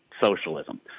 socialism